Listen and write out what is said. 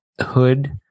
Hood